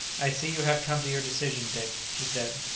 i see you have come to your decision, dick, she said.